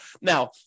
Now